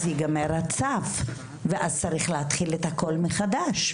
ייגמר הצו ואז צריך להתחיל את הכול מחדש.